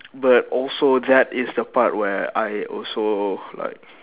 but also that is the part where I also like